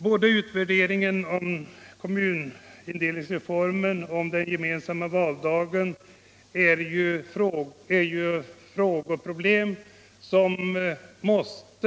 Både utvärderingen av kommunindelningsreformen och utvärderingen av den gemensamma valdagen, som nu är aktuella, måste komma att